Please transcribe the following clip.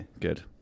Good